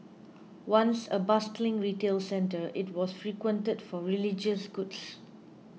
once a bustling retail centre it was frequented for religious goods